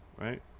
right